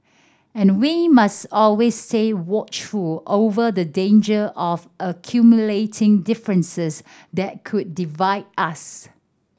and we must always say watchful over the danger of accumulating differences that could divide us